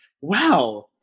wow